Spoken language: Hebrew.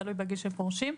תלוי בגיל שפורשים.